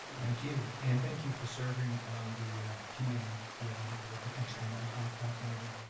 thank you, and thank you for serving on the committee the other day, but the external ah operator.